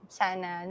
sana